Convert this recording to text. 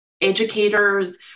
educators